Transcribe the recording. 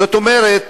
זאת אומרת,